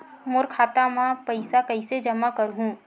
मोर खाता म पईसा कइसे जमा करहु?